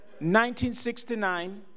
1969